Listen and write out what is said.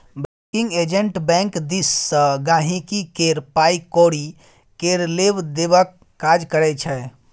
banking agent bank दिस सँ गांहिकी केर पाइ कौरी केर लेब देबक काज करै छै